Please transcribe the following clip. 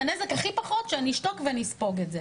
הנזק הכי פחות הוא שאני אשתוק ואספוג את זה.